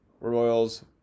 Royals